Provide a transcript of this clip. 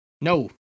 no